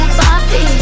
papi